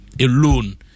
alone